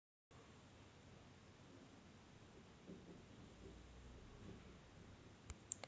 चीन वीज पासून चालणारी पिस्टन प्रकारची दूध काढणारी मशीन निर्माता आहे